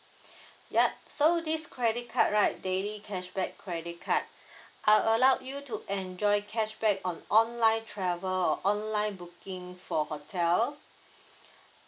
yup so this credit card right daily cashback credit card are allowed you to enjoy cashback on online travel or online booking for hotel